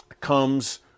comes